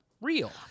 real